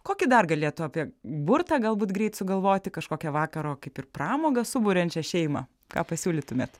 kokį dar galėtų apie burtą galbūt greit sugalvoti kažkokią vakaro kaip ir pramogą suburiančią šeimą ką pasiūlytumėt